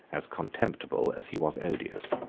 as contemptible as he was odious.